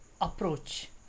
approach